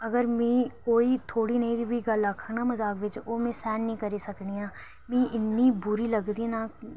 अगर में कोई थोह्ड़ी नेई बी गल्ल आक्खग ना मजाक बिच ओह् मीं सैहन नी करी सकनी आं मिगी इन्नी बुरी लग्गदी ना